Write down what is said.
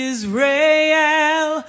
Israel